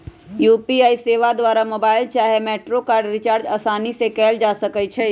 UPI सेवा द्वारा mobile चाहे मेट्रो कार्ड रिचार्ज असानी से कएल जा सकइ छइ